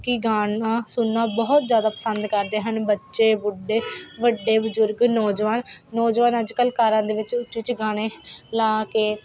ਕਿ ਗਾਣਾ ਸੁਣਨਾ ਬਹੁਤ ਜ਼ਿਆਦਾ ਪਸੰਦ ਕਰਦੇ ਹਨ ਬੱਚੇ ਬੁੱਢੇ ਵੱਡੇ ਬਜ਼ੁਰਗ ਨੌਜਵਾਨ ਨੌਜਵਾਨ ਅੱਜ ਕੱਲ੍ਹ ਕਾਰਾਂ ਦੇ ਵਿੱਚ ਉੱਚੀ ਉੱਚੀ ਗਾਣੇ ਲਗਾ ਕੇ